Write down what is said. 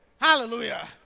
Hallelujah